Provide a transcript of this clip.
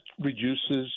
reduces